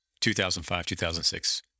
2005-2006